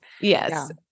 Yes